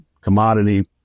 commodity